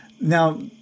Now